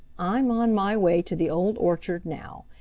i'm on my way to the old orchard now,